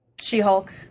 She-Hulk